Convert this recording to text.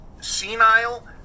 senile